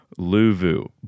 Luvu